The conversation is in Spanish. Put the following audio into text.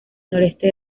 noreste